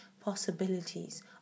possibilities